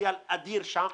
פוטנציאל אדיר שם.